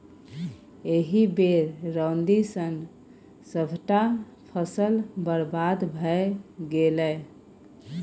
एहि बेर रौदी सँ सभटा फसल बरबाद भए गेलै